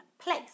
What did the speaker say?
place